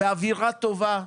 באווירה טובה,